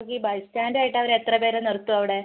നമുക്ക് ഈ by stand ആയിട്ട് അവർ എത്ര പേരെ നിർത്തും അവിടെ